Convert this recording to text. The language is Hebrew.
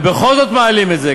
ובכל זאת מעלים את זה,